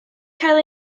cael